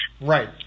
right